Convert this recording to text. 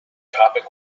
topic